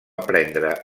prendre